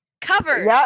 Covered